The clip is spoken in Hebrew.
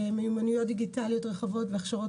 מיומנויות דיגיטליות רחבות והכשרות